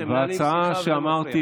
אתם מנהלים שיחה וזה מפריע.